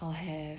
I'll have